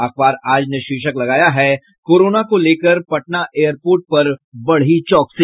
अखबार आज ने शीर्षक लगाया है कोरोना को लेकर पटना एयरपोर्ट पर बढ़ी चौकसी